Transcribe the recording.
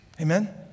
Amen